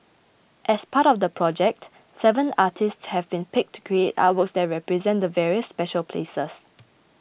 as part of the project seven artists have been picked to create artworks that represent the various special places